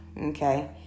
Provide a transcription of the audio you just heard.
Okay